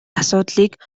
асуудлыг